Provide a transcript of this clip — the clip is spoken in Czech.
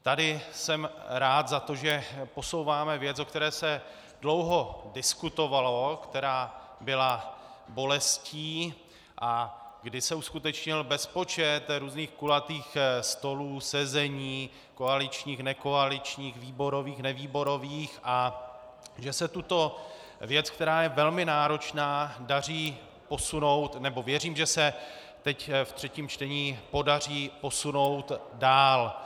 Tady jsem rád za to, že posouváme věc, o které se dlouho diskutovalo, která byla bolestí a kdy se uskutečnil bezpočet různých kulatých stolů, sezení, koaličních, nekoaličních, výborových, nevýborových, a že se tuto věc, která je velmi náročná, daří posunout, nebo věřím, že se teď ve třetím čtení podaří posunout dál.